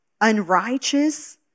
unrighteous